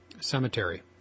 Cemetery